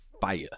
fire